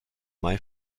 may